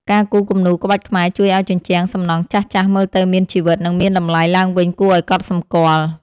ការគូរគំនូរក្បាច់ខ្មែរជួយឱ្យជញ្ជាំងសំណង់ចាស់ៗមើលទៅមានជីវិត និងមានតម្លៃឡើងវិញគួរឱ្យកត់សម្គាល់។